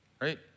Right